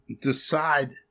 decide